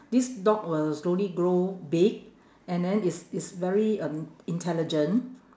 this dog will slowly grow big and then it's it's very um intelligent